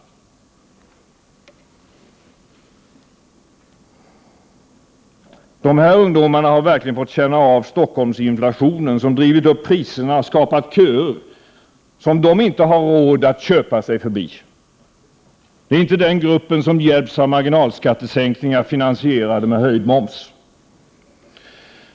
Ungdomarna i bostadsköerna har verkligen fått känna av ”Stockholmsinflationen”, som drivit upp priserna och skapat köer som de inte har råd att köpa sig förbi. Det är inte den gruppen som hjälps av marginalskattesänkningar finansierade med höjd moms.